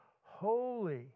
holy